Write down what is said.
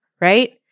right